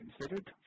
considered